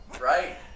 Right